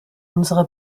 unsere